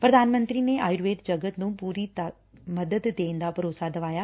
ਪ੍ਰਧਾਨ ਮੰਤਰੀ ਨੇ ਆਯੂਰਵੇਦ ਜਗਤ ਨੂੰ ਪੂਰੀ ਮਦਦ ਦੇਣ ਦਾ ਭਰੋਸਾ ਦਵਾਇਆ